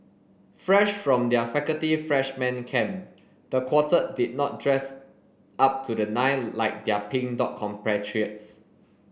fresh from their faculty freshman camp the quartet did not dress up to the nine like their Pink Dot compatriots